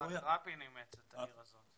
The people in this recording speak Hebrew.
רבין אימץ את העיר הזאת.